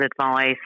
advice